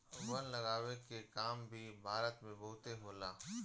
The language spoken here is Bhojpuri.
वन लगावे के काम भी भारत में बहुते होला